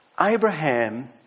Abraham